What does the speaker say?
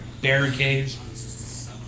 barricades